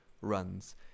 runs